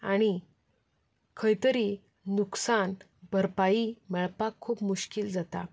आनी खंयतरी नुकसान भरपाई मेळपाक खूब मुश्कील जाता